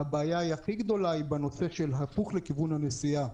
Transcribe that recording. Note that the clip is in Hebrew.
והבעיה הכי גדולה היא בנושא הושבה הפוך לכיוון הנסיעה